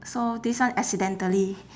so this one accidentally